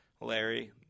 Larry